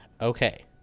Okay